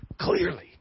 clearly